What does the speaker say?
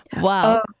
wow